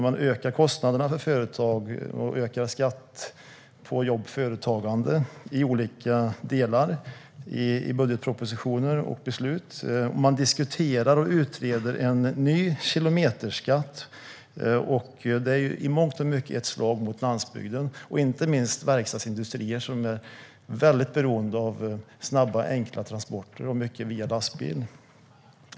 Man ökar kostnaderna för företagen och ökar skatterna på jobb och företagande genom budgetpropositioner och beslut. Man diskuterar och utreder en kilometerskatt. Det är i mångt och mycket ett slag mot landsbygden, inte minst mot verkstadsindustrier, som är väldigt beroende av snabba och enkla transporter, särskilt via lastbil.